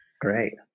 Great